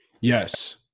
Yes